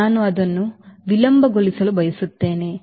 ನಾನು ಅದನ್ನು ವಿಳಂಬಗೊಳಿಸಲು ಬಯಸುತ್ತೇನೆ